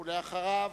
ואחריו,